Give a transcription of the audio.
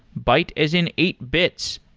byte as in eight bytes.